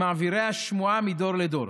שהם מעבירי השמועה מדור לדור.